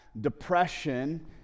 depression